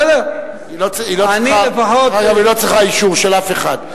דרך אגב, היא לא צריכה אישור של אף אחד.